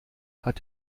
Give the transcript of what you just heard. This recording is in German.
hat